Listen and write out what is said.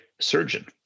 surgeon